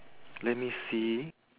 let me see